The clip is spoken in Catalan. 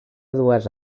dues